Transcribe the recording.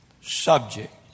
subject